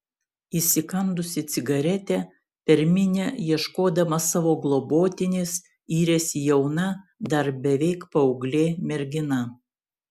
įsikandusi cigaretę per minią ieškodama savo globotinės yrėsi jauna dar beveik paauglė mergina